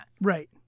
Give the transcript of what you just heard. Right